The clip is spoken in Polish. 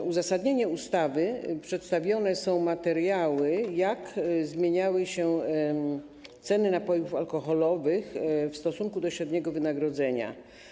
W uzasadnieniu ustawy przedstawione są materiały, jak zmieniały się ceny napojów alkoholowych w stosunku do średniego wynagrodzenia.